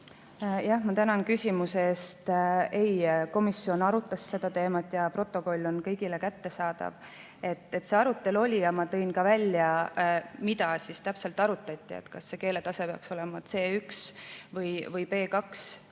Ma tänan küsimuse eest! Ei, komisjon arutas seda teemat ja protokoll on kõigile kättesaadav. See arutelu oli, ja ma tõin ka välja, mida täpselt arutati: kas see keeletase peaks olema C1 või B2. Arutati